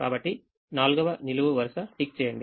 కాబట్టి నాల్గవ నిలువు వరుస టిక్ చేయండి